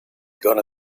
gonna